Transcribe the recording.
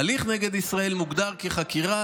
"הליך נגד ישראל" מוגדר כחקירה,